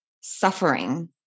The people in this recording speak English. suffering